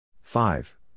Five